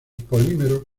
polímeros